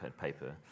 paper